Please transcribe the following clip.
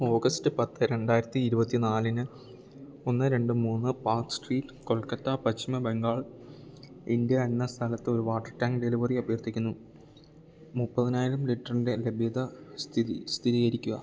August പത്ത് രണ്ടായിരത്തി ഇരുപത്തിനാലിന് ഒന്ന് രണ്ട് മൂന്ന് park street Kolkata Paschim Bengal India എന്ന സ്ഥലത്തൊരു വാട്ടർ ടാങ്ക് ഡെലിവറി അഭ്യർത്ഥിക്കുന്നു മുപ്പതിനായിരം ലിട്രിൻ്റെ ലഭ്യത സ്ഥിരീകരിക്കുക